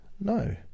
no